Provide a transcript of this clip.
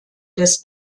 des